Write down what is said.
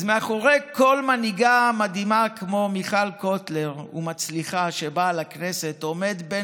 אז מאחורי כל מנהיגה מדהימה ומצליחה כמו מיכל קוטלר,